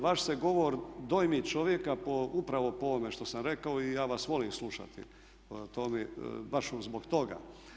Vaš se govor dojmi čovjeka upravo po ovome što sam rekao i ja vas volim slušati, baš zbog toga.